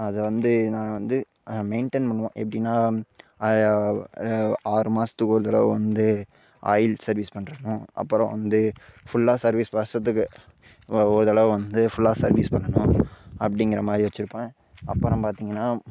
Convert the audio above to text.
அதை வந்து நான் வந்து மெயிண்டன் பண்ணுவேன் எப்படினா அதை ஆறு மாதத்துக்கு ஒரு தடவை வந்து ஆயில் சர்வீஸ் பண்ணிடணும் அப்புறம் வந்து ஃபுல்லாக சர்வீஸ் வருஷத்துக்கு ஒரு ஒரு தடவை வந்து ஃபுல்லாக சர்வீஸ் பண்ணணும் அப்படிங்குற மாதிரி வச்சுருப்பேன் அப்புறம் பார்த்தீங்கனா